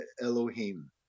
Elohim